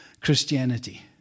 Christianity